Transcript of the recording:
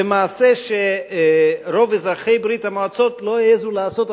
זה מעשה שרוב אזרחי ברית-המועצות לא העזו לעשות,